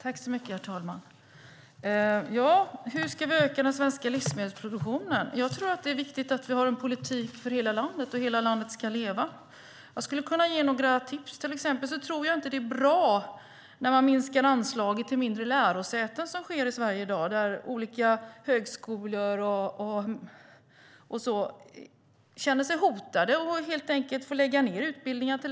Herr talman! Ja, hur ska vi öka den svenska livsmedelsproduktionen? Jag tror att det är viktigt att vi har en politik för hela landet och att hela landet ska leva. Jag skulle kunna ge några tips. Jag tror till exempel inte att det är bra att minska anslagen till mindre lärosäten, vilket sker i Sverige i dag. Olika högskolor och andra känner sig hotade och får helt enkelt lägga ned utbildningar.